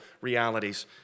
realities